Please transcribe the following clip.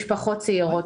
משפחות צעירות,